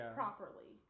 properly